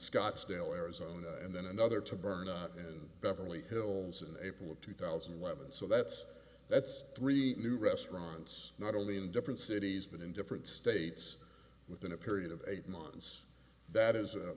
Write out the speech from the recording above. scottsdale arizona and then another to bernie and beverly hills and april of two thousand and eleven so that's that's three new restaurants not only in different cities but in different states within a period of eight months that is a